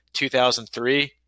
2003